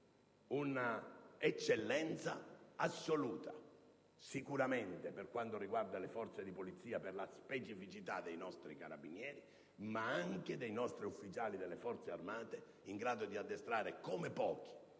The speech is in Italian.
una eccellenza assoluta, sicuramente per quanto riguarda le forze di polizia, per la specificità dei nostri Carabinieri, ma anche dei nostri ufficiali delle Forze armate, in grado di addestrare come pochi